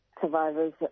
survivors